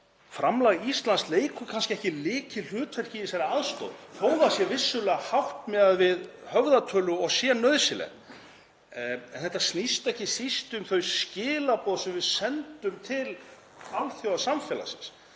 Framlag Íslands leikur kannski ekki lykilhlutverk í þessari aðstoð þótt það sé vissulega hátt miðað við höfðatölu og sé nauðsynlegt. Þetta snýst ekki síst um þau skilaboð sem við sendum til alþjóðasamfélagsins.